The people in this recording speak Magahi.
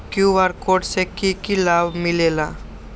कियु.आर कोड से कि कि लाव मिलेला?